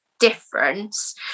difference